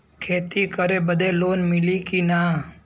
खेती करे बदे लोन मिली कि ना?